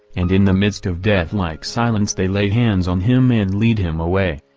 and in the midst of deathlike silence they lay hands on him and lead him away.